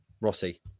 Rossi